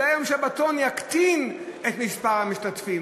אולי יום השבתון יקטין את מספר המשתתפים?